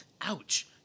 Ouch